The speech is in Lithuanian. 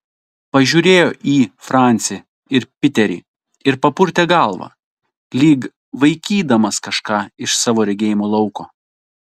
pažiūrėjo į francį ir piterį ir papurtė galvą lyg vaikydamas kažką iš savo regėjimo lauko